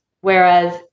Whereas